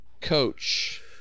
coach